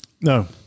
No